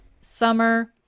summer